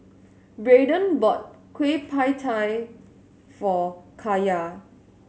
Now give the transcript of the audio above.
Braiden bought Kueh Pie Tee for Kaya